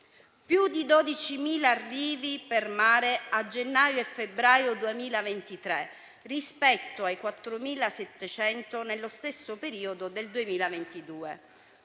Più di 12.000 arrivi per mare a gennaio e febbraio 2023 rispetto ai 4.700 nello stesso periodo del 2022: